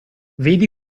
vedi